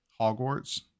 hogwarts